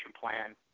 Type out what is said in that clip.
plan